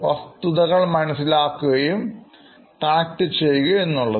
വസ്തുതകൾ മനസ്സിലാക്കുകയും കണക്ട് ചെയ്യുകയും എന്നുള്ളത്